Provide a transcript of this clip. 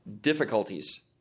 difficulties